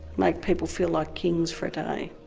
make people feel like kings for a day,